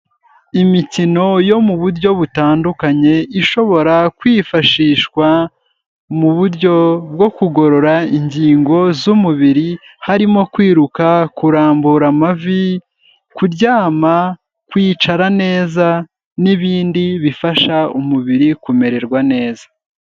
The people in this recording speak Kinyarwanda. Imikino yo mu buryo butandukanye ishobora kwifashishwa mu buryo bwo kugorora ingingo z'umubiri, harimo kwiruka kurambura amavi, kuryama, kwicara neza n'ibindi bifasha umubiri kumererwa neza.